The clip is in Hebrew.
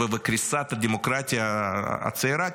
וקריסת הדמוקרטיה הצעירה,